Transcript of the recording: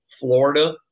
Florida